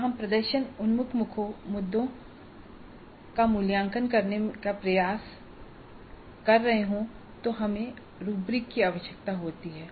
जब हम प्रदर्शन उन्मुख मदों का मूल्यांकन करने का प्रयास कर रहे हों तो हमें रूब्रिक की आवश्यकता होती है